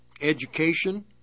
education